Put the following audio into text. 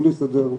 תנסו להסתדר בחוץ.